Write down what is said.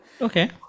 Okay